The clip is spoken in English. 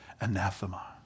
Anathema